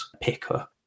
picker